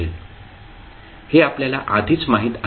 हे आपल्याला आधीच माहित आहे